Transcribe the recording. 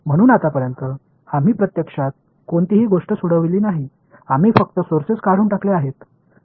म्हणून आतापर्यंत आम्ही प्रत्यक्षात कोणतीही गोष्ट सोडविली नाही आम्ही फक्त सोर्सेस काढून टाकले आहे